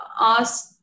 ask